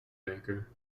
banker